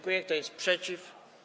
Kto jest przeciw?